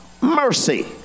mercy